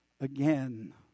again